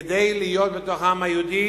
כדי להיות בתוך העם היהודי